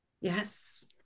Yes